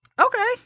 Okay